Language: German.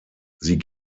sie